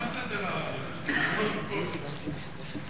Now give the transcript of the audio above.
מה סדר הדברים, אדוני היושב-ראש?